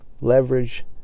leverage